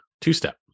Two-Step